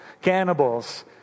cannibals